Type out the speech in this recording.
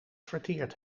verteerd